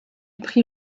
prit